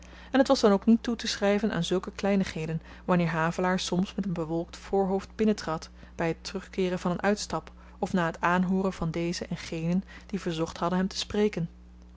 en t was dan ook niet toeteschryven aan zulke kleinigheden wanneer havelaar soms met een bewolkt voorhoofd binnentrad by het terugkeeren van een uitstap of na t aanhooren van dezen en genen die verzocht hadden hem te spreken